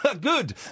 Good